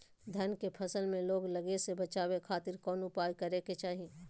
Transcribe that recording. धान के फसल में रोग लगे से बचावे खातिर कौन उपाय करे के चाही?